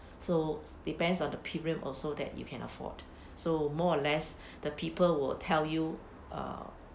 so depends on the period also that you can afford so more or less the people will tell you uh